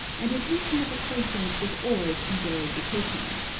and an intimate acquaintance with ores and their indications,